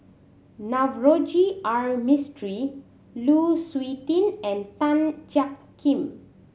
Navroji R Mistri Lu Suitin and Tan Jiak Kim